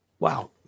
Wow